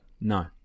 No